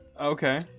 Okay